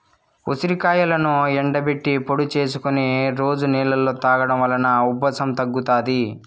ఉసిరికాయలను ఎండబెట్టి పొడి చేసుకొని రోజు నీళ్ళలో తాగడం వలన ఉబ్బసం తగ్గుతాది